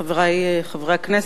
חברי חברי הכנסת,